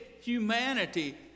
humanity